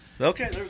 Okay